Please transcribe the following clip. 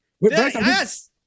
Yes